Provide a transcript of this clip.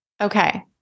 Okay